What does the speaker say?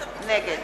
נגד